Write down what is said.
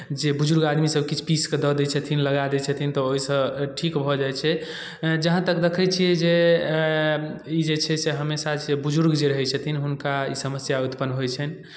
जे बुजुर्ग आदमी सभकिछु पीस कऽ दऽ दै छथिन लगा दै छथिन तऽ ओहिसँ ठीक भऽ जाइ छै जहाँ तक देखै छियै जे ई जे छै हमेशासँ बुजुर्ग जे रहै छथिन हुनका ई समस्या उत्पन्न होइ छनि